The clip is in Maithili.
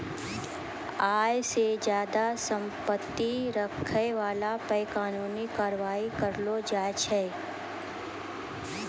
आय से ज्यादा संपत्ति रखै बाला पे कानूनी कारबाइ करलो जाय छै